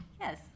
Yes